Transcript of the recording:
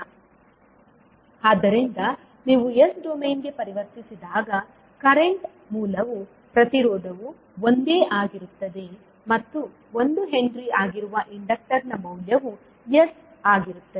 ಎಂದು1212 slide time ಆದ್ದರಿಂದ ನೀವು s ಡೊಮೇನ್ಗೆ ಪರಿವರ್ತಿಸಿದಾಗ ಕರೆಂಟ್ ಮೂಲವು ಪ್ರತಿರೋಧವು ಒಂದೇ ಆಗಿರುತ್ತದೆ ಮತ್ತು 1H ಆಗಿರುವ ಇಂಡಕ್ಟರ್ನ ಮೌಲ್ಯವು s ಆಗಿರುತ್ತದೆ